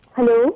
Hello